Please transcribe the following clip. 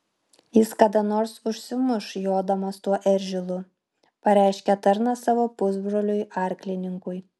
jis kada nors užsimuš jodamas tuo eržilu pareiškė tarnas savo pusbroliui arklininkui